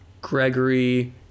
Gregory